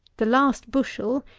the last bushel,